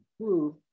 prove